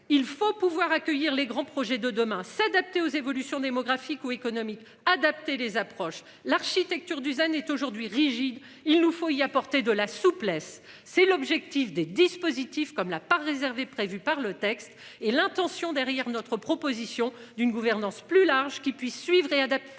Il faut pouvoir accueillir les grands projets de demain s'adapter aux évolutions démographiques ou économiques adapter les approches l'architecture du zen est aujourd'hui rigide, il nous faut y apporter de la souplesse, c'est l'objectif des dispositifs comme la part réservée prévues par le texte et l'intention derrière notre proposition d'une gouvernance plus large qui puisse suivre et adapter